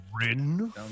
Rin